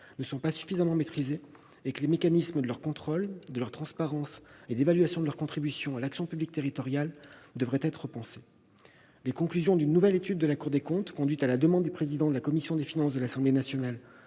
ne sont pas « suffisamment maîtrisés » et que « les mécanismes de leur contrôle, de leur transparence et d'évaluation de leur contribution à l'action publique territoriale devraient être repensés ». Les conclusions d'une nouvelle étude de la Cour des comptes sur le même sujet, conduite à la demande du président de la commission des finances de l'Assemblée nationale,